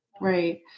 Right